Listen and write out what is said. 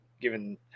given